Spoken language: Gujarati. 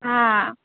હા